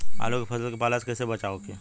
आलू के फसल के पाला से कइसे बचाव होखि?